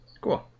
Cool